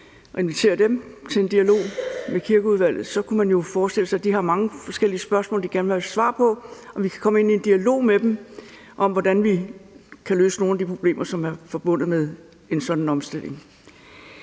og inviterer dem til en dialog med Kirkeudvalget, kunne man jo forestille sig, at de har mange forskellige spørgsmål, de gerne vil have svar på, og vi kan komme ind i en dialog med dem om, hvordan vi kan løse nogle af de problemer, som er forbundet med en sådan omstilling.